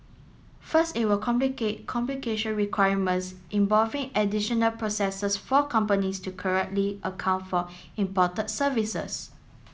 first it will complicate complication requirements involving additional processes for companies to correctly account for imported services